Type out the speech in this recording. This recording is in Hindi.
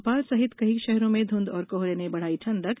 भोपाल सहित कई शहरों में ध्रंध और कोहरे ने बढ़ाई ठंडक